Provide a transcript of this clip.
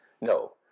No